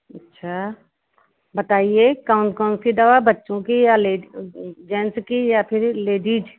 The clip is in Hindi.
अच्छा बताइए कौन कौन सी दवा बच्चों की या लेड जेंट्स की या फिर लेडीज